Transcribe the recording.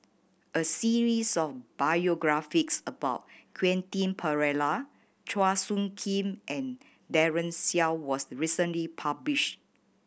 a series of biographies about Quentin Pereira Chua Soo Khim and Daren Shiau was recently published